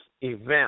event